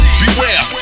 beware